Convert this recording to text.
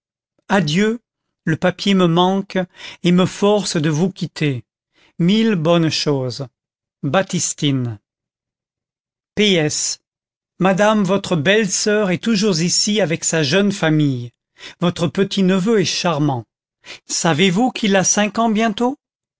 adieu le papier me manque et me force de vous quitter mille bonnes choses baptistine p s madame votre belle-soeur est toujours ici avec sa jeune famille votre petit-neveu est charmant savez-vous qu'il a cinq ans bientôt